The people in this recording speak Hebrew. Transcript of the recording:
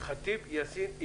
אימאן ח'טיב יאסין.